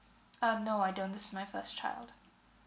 ah no I don't this my first child